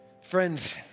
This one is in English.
Friends